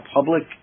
public